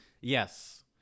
Yes